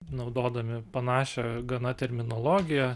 naudodami panašią gana terminologiją